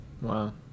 wow